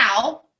now